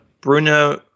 Bruno